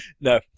No